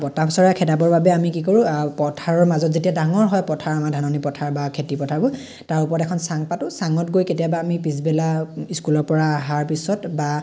বতা চৰাই খেদাবৰ বাবে আমি কি কৰোঁ পথাৰৰ মাজত যেতিয়া ডাঙৰ হয় পথাৰ আমাৰ ধাননি পথাৰ বা খেতি পথাৰবোৰ তাৰ ওপৰত এখন চাং পাতো চাঙত গৈ কেতিয়াবা আমি পিছবেলা স্কুলৰ পৰা অহাৰ পিছত বা